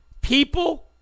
People